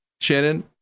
Shannon